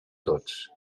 tots